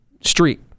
street